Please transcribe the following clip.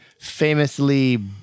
famously